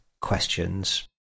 questions